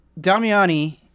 Damiani